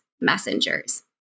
messengers